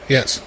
Yes